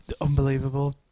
Unbelievable